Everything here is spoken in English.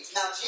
Now